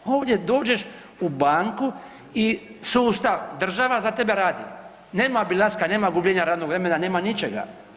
Ovdje dođeš u banku i sustav, država za tebe radi, nema obilaska, nema gubljenja radnog vremena, nema ničega.